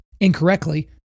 incorrectly